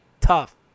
tough